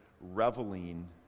reveling